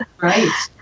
Right